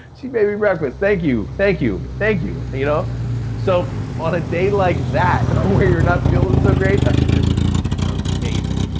she made me breakfast, thank you, thank you, thank you. you know so, on a day like that where you're not feeling so great, a script is amazing.